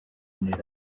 gen